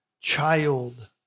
child